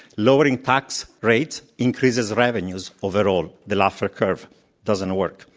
lowering tax rates increases revenues overall, the laffer curve doesn't work.